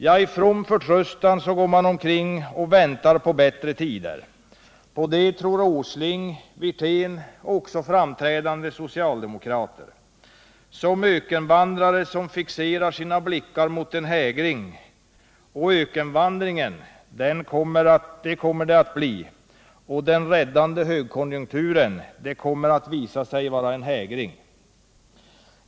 Ja, i from förtröstan går man omkring och väntar på bättre tider. Det tror Åsling, Wirtén och också framträdande socialdemokrater, vilka likt ökenvandrare fixerar sina blickar mot en hägring. Och en ökenvandring kommer det att bli; den räddande högkonjunkturen kommer att visa sig vara en hägring.